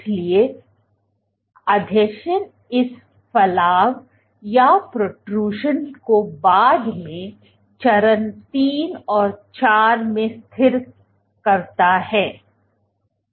इसलिए आसंजन इस फलाव को बाद में चरण 3 और 4 में स्थिर करता है